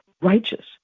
righteous